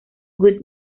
good